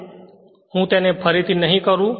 તેથી હું તેને ફરી નહી કરું